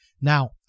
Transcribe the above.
Now